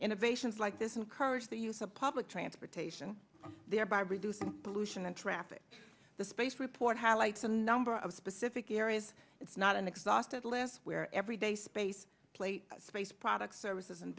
innovations like this encourage the use of public transportation thereby reducing pollution and traffic the space report highlights a number of specific areas it's not an exhaustive list where everyday space plate space products services and